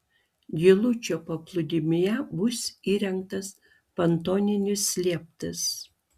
giluičio paplūdimyje bus įrengtas pontoninis lieptas